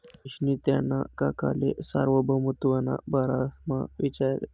महेशनी त्याना काकाले सार्वभौमत्वना बारामा इचारं